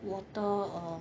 water um